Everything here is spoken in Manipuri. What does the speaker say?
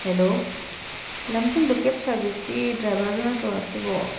ꯍꯦꯜꯂꯣ ꯂꯝꯖꯤꯡꯕ ꯀꯦꯕ ꯁꯔꯚꯤꯁꯀꯤ ꯗ꯭ꯔꯥꯏꯚꯔꯗꯣ ꯅꯠꯇ꯭ꯔꯣ ꯑꯁꯤꯕꯣ